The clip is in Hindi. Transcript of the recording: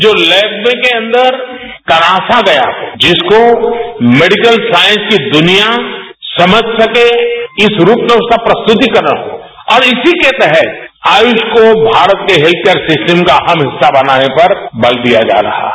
जो लैव के अंदर तराशा गया हो जिसको मेडिकल साईस की दुनिया समझ सके इस रूप में उसका प्रस्तुतीकरण हो और इसी के तहत आयुष को भारत के हेल्थ केयर सिस्टम का अहम हिस्सा बनाने पर बल दिया जा रहा है